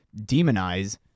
demonize